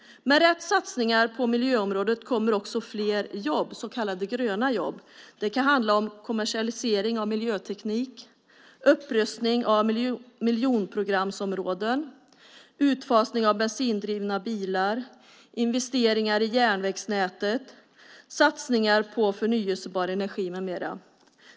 Med rätt satsningar på miljöområdet kommer också fler jobb, så kallade gröna jobb. Det kan handla om kommersialisering av miljöteknik, upprustning av miljonprogramsområden, utfasning av bensindrivna bilar, investeringar i järnvägsnätet, satsningar på förnybar energi med mera.